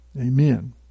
Amen